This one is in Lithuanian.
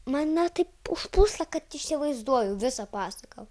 mane taip užplūsta kad įsivaizduoju visą pasaką